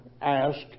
ask